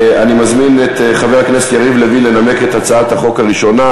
אני מזמין את חבר הכנסת יריב לוין לנמק את הצעת החוק הראשונה,